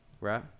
Right